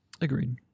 agreed